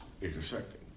intersecting